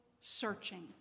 searching